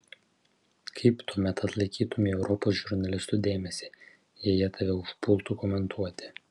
kaip tuomet atlaikytumei europos žurnalistų dėmesį jei jie tave užpultų komentuoti